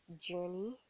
journey